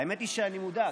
האמת היא שאני מודאג,